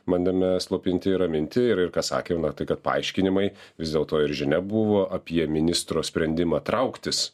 bandėme slopinti ir raminti ir ir ką sakėmė tai kad paaiškinimai vis dėl to ir žinia buvo apie ministro sprendimą trauktis